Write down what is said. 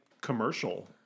commercial